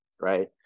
right